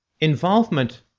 involvement